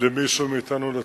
לתת נחמה למישהו מאתנו.